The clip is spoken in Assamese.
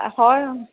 হয়